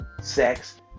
sex